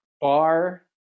bar